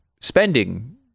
spending